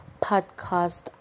podcast